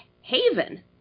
haven